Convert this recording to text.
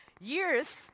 years